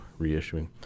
reissuing